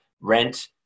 rent